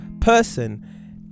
person